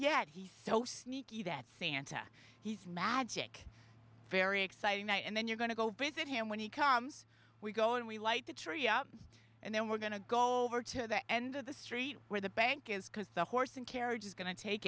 yet he so sneaky that santa he's magic very exciting night and then you're going to go visit him when he comes we go and we light the tree up and then we're going to go over to the end of the street where the bank is because the horse and carriage is going to take